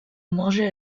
mangeaient